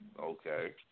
Okay